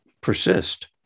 persist